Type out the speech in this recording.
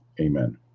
Amen